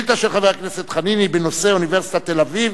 השאילתא של חבר הכנסת חנין היא בנושא: אוניברסיטת תל-אביב